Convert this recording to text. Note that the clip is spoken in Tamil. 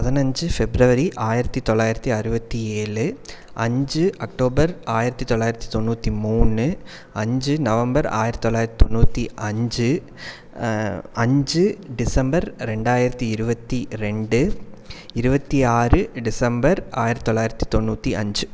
பதனஞ்சு ஃபிப்ரவரி ஆயிரத்தி தொள்ளாயிரத்தி அறுபத்தி ஏழு அஞ்சு அக்டோபர் ஆயிரத்தி தொள்ளாயிரத்தி தொண்ணூற்றி மூணு அஞ்சு நவம்பர் ஆயிரத்தி தொள்ளாயிரத்தி தொண்ணூற்றி அஞ்சு அஞ்சு டிசம்பர் ரெண்டாயிரத்தி இருபத்தி ரெண்டு இருபத்தி ஆறு டிசம்பர் ஆயிரத்தி தொள்ளாயிரத்தி தொண்ணூற்றி அஞ்சு